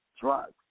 drugs